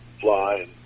fly